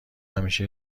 همیشه